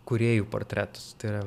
kūrėjų portretus tai yra